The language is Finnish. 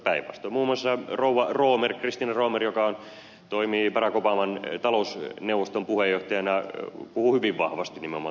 muun muassa rouva christina romer joka toimii barack obaman talousneuvoston puheenjohtajana puhuu hyvin vahvasti nimenomaan tuloveroelvytyksen puolesta